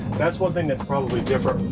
that's one thing that's probably different,